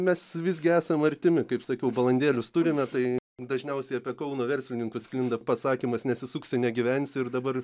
mes visgi esam artimi kaip sakiau balandėlius turime tai dažniausiai apie kauno verslininkus sklinda pasakymas nesisuksi negyvensi ir dabar